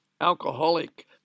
alcoholic